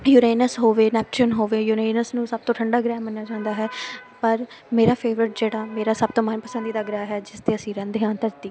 Uranus ਹੋਵੇ Neptune ਹੋਵੇ Uranus ਨੂੰ ਸਭ ਤੋਂ ਠੰਡਾ ਗ੍ਰਹਿ ਮੰਨਿਆ ਜਾਂਦਾ ਹੈ ਪਰ ਮੇਰਾ ਫੇਵਰਟ ਜਿਹੜਾ ਮੇਰਾ ਸਭ ਤੋਂ ਮਨਪਸੰਦੀਦਾ ਗ੍ਰਹਿ ਹੈ ਜਿਸ 'ਤੇ ਅਸੀਂ ਰਹਿੰਦੇ ਹਾਂ ਧਰਤੀ